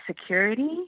security